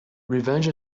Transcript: revenge